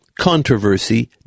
controversy